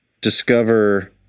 discover